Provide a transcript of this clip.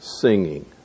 singing